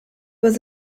was